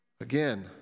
again